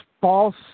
false